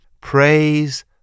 Praise